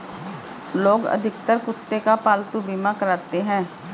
लोग अधिकतर कुत्ते का पालतू बीमा कराते हैं